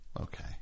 Okay